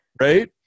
right